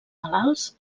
malalts